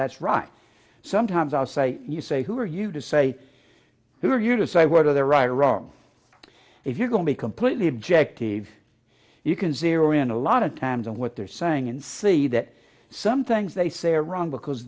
that's right sometimes i'll say you say who are you to say who are you to say whether they're right or wrong if you're going to be completely objective you can zero in a lot of times on what they're saying and see that some things they say are wrong because